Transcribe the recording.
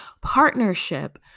partnership